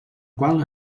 qual